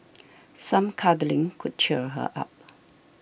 some cuddling could cheer her up